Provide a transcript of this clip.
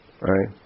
right